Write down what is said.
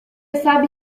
sabe